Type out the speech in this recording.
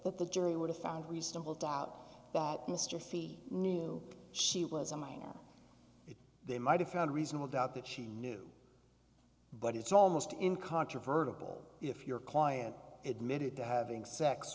that the jury would have found reasonable doubt that mr c knew she was a minor if they might have found reasonable doubt that she knew but it's almost incontrovertibly if your client admitted to having sex